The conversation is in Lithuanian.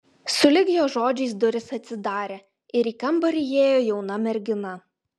sulig jo žodžiais durys atsidarė ir į kambarį įėjo jauna mergina